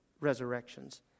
resurrections